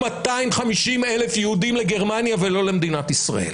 250,000 יהודים לגרמניה ולא למדינת ישראל,